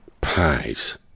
Pies